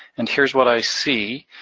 and here's what i see.